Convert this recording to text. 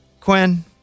Quinn